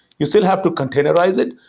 you still have to containerize it,